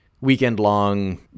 weekend-long